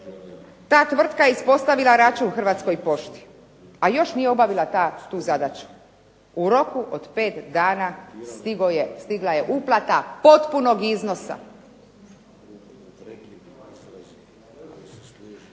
ta tvrtka je ispostavila račun "Hrvatskoj pošti", a još nije obavila tu zadaću. U roku od 5 dana stigla je uplata potpunog iznosa. Da ne govorimo